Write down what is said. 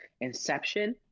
inception